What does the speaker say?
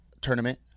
Tournament